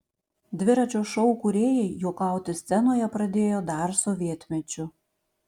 dviračio šou kūrėjai juokauti scenoje pradėjo dar sovietmečiu